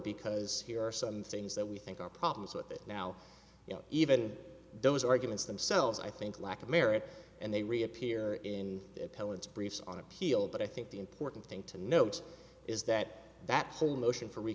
because here are some things that we think are problems with it now you know even those arguments themselves i think lack of merit and they reappear in appellants briefs on appeal but i think the important thing to note is that that whole motion f